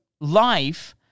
life